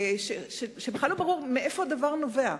ובכלל לא ברור מאיפה הדבר נובע.